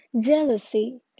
jealousy